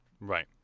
right